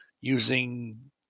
using